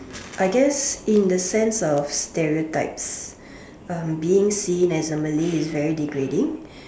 I guess in the sense of stereotypes um being seen as a Malay is very degrading